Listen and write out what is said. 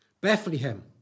Bethlehem